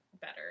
better